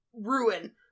Ruin